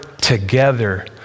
together